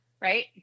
Right